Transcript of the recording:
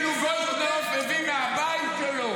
המשרד מתקצב, כאילו גולדקנופ מביא מהבית שלו,